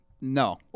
No